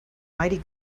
mighty